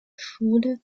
schule